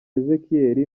ezechiel